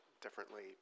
differently